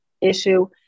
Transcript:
issue